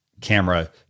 camera